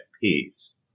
peace